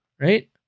right